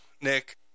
Nick